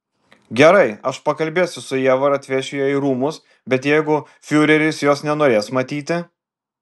gerai aš pakalbėsiu su ieva ir atvešiu ją į rūmus bet jeigu fiureris jos nenorės matyti